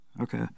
Okay